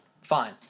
fine